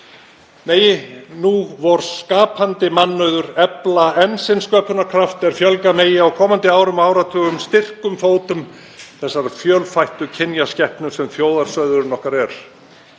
Megi nú vor skapandi mannauður efla enn sinn sköpunarkraft svo fjölga megi á komandi árum og áratugum styrkum fótum þessarar fjölþættu kynjaskepnu sem þjóðarsauðurinn okkar er.